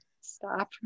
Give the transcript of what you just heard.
Stop